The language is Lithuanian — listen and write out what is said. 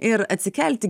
ir atsikelti